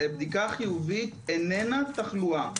בדיקה חיובית איננה תחלואה.